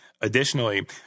Additionally